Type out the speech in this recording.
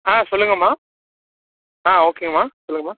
ஆ சொல்லுங்கம்மா ஆ ஓகேங்கம்மா சொல்லுங்கம்மா